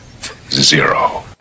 zero